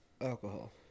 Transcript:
alcohol